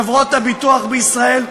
חברות הביטוח בישראל,